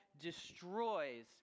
destroys